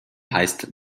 heißt